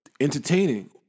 Entertaining